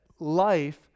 Life